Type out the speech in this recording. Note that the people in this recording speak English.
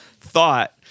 thought